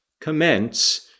commence